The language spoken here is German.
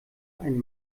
einen